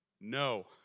No